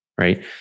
Right